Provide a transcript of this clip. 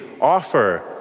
offer